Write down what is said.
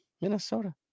Minnesota